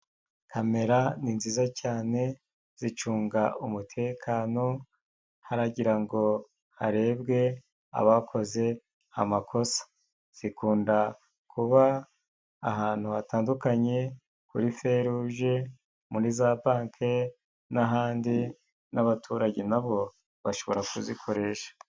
Kamera ni nziza cyane zicunga umutekano haragira ngo harebwe abakoze amakosa; zikunda kuba ahantu hatandukanye kuri feruje, muri za banki n'ahandi n'abaturage nabo bashobora kuzikoresha.